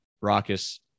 raucous